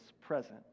present